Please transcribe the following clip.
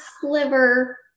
sliver